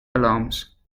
alarms